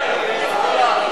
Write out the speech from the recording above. מי נמנע?